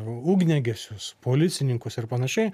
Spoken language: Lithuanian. ugniagesius policininkus ir panašiai